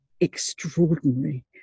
extraordinary